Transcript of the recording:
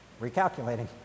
recalculating